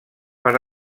per